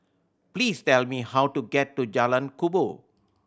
please tell me how to get to Jalan Kubor